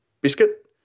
biscuit